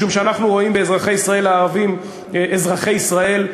משום שאנחנו רואים באזרחי ישראל הערבים אזרחי ישראל.